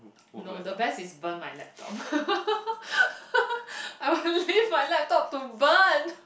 no the best is burn my laptop I would leave my laptop to burn